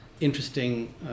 interesting